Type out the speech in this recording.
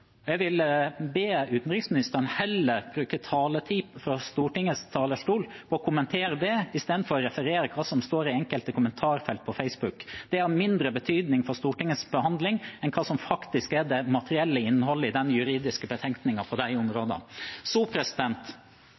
grunn. Jeg vil be utenriksministeren heller bruke taletiden på Stortingets talerstol til å kommentere det i stedet for å referere til hva som står i enkelte kommentarfelt på Facebook. Det er av mindre betydning for Stortingets behandling enn hva som faktisk er det materielle innholdet i den juridiske betenkningen på de områdene.